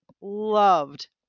loved